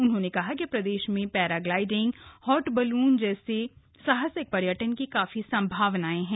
उन्होंने कहा कि प्रदेश में पैराग्लाइडिंग हॉट बैलून जैसे साहसिक पर्यटन की काफी संभावनाएं हैं